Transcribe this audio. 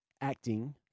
acting